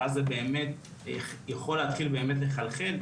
ואז זה באמת יכול להתחיל לחלחל,